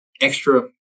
Extra